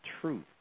Truth